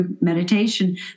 meditation